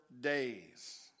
days